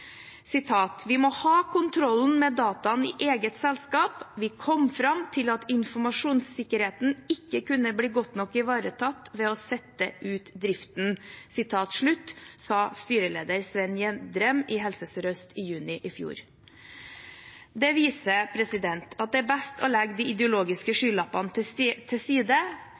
må ha kontrollen med dataene i eget selskap. Vi kom fram til at informasjonssikkerheten ikke kunne bli godt nok ivaretatt ved å sette ut driften». Det sa styreleder Svein Gjedrem i Helse Sør-Øst i juni i fjor. Det viser at det er best å legge de ideologiske skylappene til side. At helseopplysningene til